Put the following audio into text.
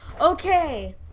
Okay